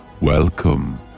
Welcome